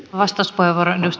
arvoisa puhemies